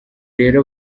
rero